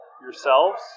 yourselves